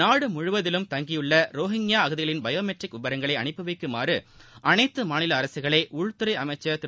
நாடு முழுவதிலும் தங்கியுள்ள ரோஹிங்கயா அகதிகளின் பயோமெட்ரிக் விவரங்களை அனுப்பி வைக்குமாறு அனைத்து மாநில அரசுகளை உள்துறை அமைச்சர் திரு